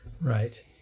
right